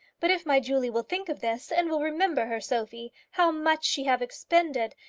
but if my julie will think of this, and will remember her sophie how much she have expended,